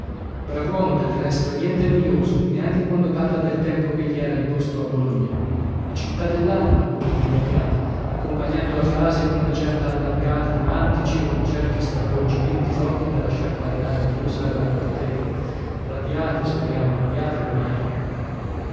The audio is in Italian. natura brav'uomo del resto e niente noioso neanche quando parla del tempo ch'egli era di posto a bologna la città dell'anima com'egli la chiama accompagnando la frase con una certa allargata di mantici e con certi stravolgimenti d'occhi da lasciar balenare dio sa quali ipoteche radiate speriamo radiate oramai